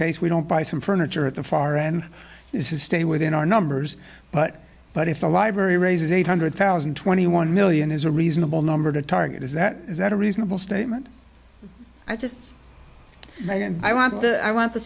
case we don't buy some furniture at the far end this is stay within our numbers but but if the library raises eight hundred thousand and twenty one million is a reasonable number to target is that is that a reasonable statement i just made i want i want th